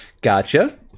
Gotcha